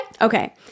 Okay